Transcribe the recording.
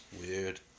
Weird